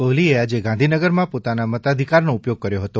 કોહલીએ આજે ગાંધીનગરમાં પોતાના મતાધિકારનો ઉપયોગ કર્યો હતો